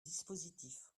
dispositif